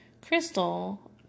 Crystal